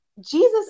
Jesus